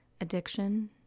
Addiction